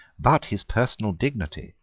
but his personal dignity,